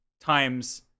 times